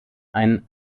ein